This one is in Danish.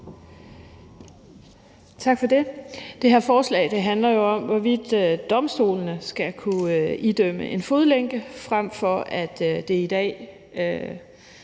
Tak for det. Det her forslag handler jo om, hvorvidt domstolene skal kunne idømme en fodlænkeafsoning, hvor det i dag